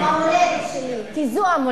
ובראש ובראשונה פה, במולדת שלי.